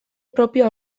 propioa